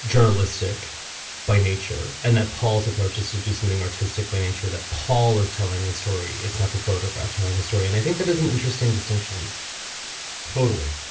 journalistic by nature and that paul's approach is to do something artistic by nature that paul is telling the story. it's not the photograph telling a story. and i think that is an interesting distinction totally.